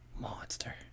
Monster